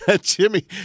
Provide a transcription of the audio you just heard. Jimmy